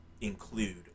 include